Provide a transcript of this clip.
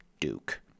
Duke